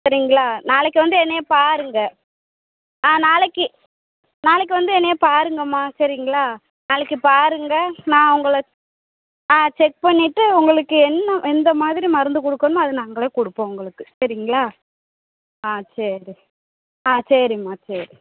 சரிங்களா நாளைக்கு வந்து என்னை பாருங்கள் நான் நாளைக்கு நாளைக்கு வந்து என்னை பாருங்கம்மா சரிங்களா நாளைக்கு பாருங்கள் நான் உங்களை நான் செக் பண்ணிட்டு உங்களுக்கு என்ன எந்த மாதிரி மருந்து கொடுக்கணுமோ அது நாங்களே கொடுப்போம் உங்களுக்கு சரிங்களா ஆ சரி ஆ சரிம்மா சரி